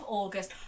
august